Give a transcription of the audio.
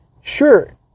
sure